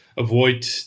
avoid